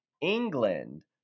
England